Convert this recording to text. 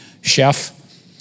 chef